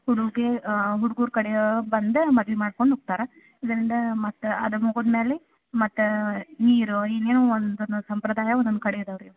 ಶುರುಗೆ ಹುಡ್ಗುರು ಕಡೆಯವ್ರು ಬಂದು ಮದ್ವೆ ಮಾಡ್ಕಂಡು ಹೊಗ್ತಾರಾ ಇದರಿಂದ ಮತ್ತೆ ಅದು ಮುಗುದ್ಮೇಲೆ ಮತ್ತೆ ನೀರು ಏನೊ ಒಂದು ಸಂಪ್ರದಾಯ ಒಂದೊಂದು ಕಡೆ ಇದವೆ ರೀ